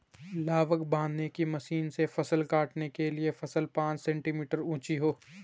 लावक बांधने की मशीन से फसल काटने के लिए फसल पांच सेंटीमीटर ऊंची हो